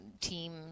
team